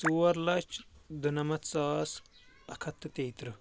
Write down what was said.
ژور لچھ دُنَمَتھ ساس اکھ ہتھ تہٕ تیٚیہِ ترٕٛہ